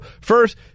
First